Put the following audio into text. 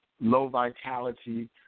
low-vitality